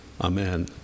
amen